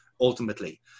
ultimately